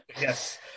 yes